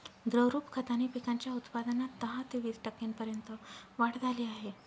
द्रवरूप खताने पिकांच्या उत्पादनात दहा ते वीस टक्क्यांपर्यंत वाढ झाली आहे